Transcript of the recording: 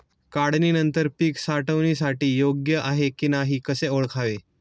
काढणी नंतर पीक साठवणीसाठी योग्य आहे की नाही कसे ओळखावे?